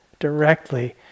directly